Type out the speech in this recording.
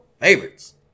favorites